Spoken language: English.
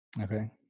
Okay